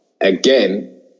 again